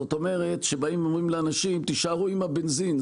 זאת אומרת שבאים ואומרים לאנשים: תישארו עם הבנזין,